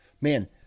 man